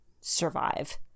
survive